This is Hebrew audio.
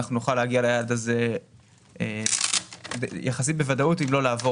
נוכל להגיע ליעד הזה יחסית בוודאות ואפילו לעבור